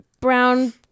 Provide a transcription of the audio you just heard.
brown